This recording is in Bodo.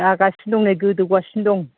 जागासिनो दं नै गोदौगासिनो दं